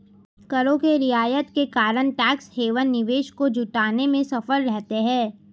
करों के रियायत के कारण टैक्स हैवन निवेश को जुटाने में सफल रहते हैं